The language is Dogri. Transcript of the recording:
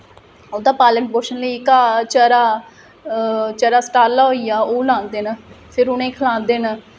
उं'दे पालन पोषण लेई घाऽ चारा चारा शटाला होइया ओह् लांदे न फिर उ'नें ई खलांदे न